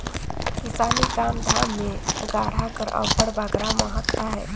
किसानी काम धाम मे गाड़ा कर अब्बड़ बगरा महत अहे